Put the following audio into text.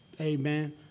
Amen